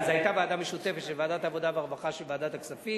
זו היתה ועדה משותפת של ועדת העבודה והרווחה ושל ועדת הכספים.